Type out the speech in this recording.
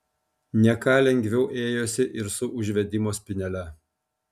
ne ką lengviau ėjosi ir su užvedimo spynele